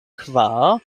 kvar